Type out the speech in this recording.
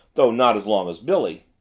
though not as long as billy.